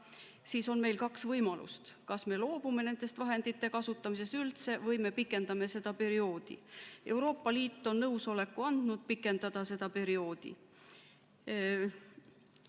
siis on meil kaks võimalust: kas me loobume nende vahendite kasutamisest üldse või me pikendame seda perioodi. Euroopa Liit on andnud nõusoleku pikendada seda perioodi.